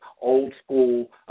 old-school